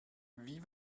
wie